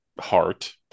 heart